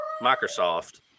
Microsoft